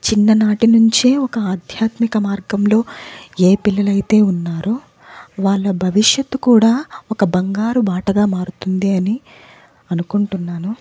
చిన్ననాట నుంచే ఒక ఆధ్యాత్మిక మార్గంలో ఏ పిల్లలైతే ఉన్నారో వాళ్ళ భవిష్యత్తు కూడా ఒక బంగారు బాటగా మారుతుంది అని అనుకుంటున్నాను